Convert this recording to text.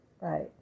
right